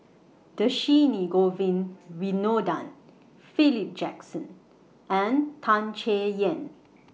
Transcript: Dhershini Govin Winodan Philip Jackson and Tan Chay Yan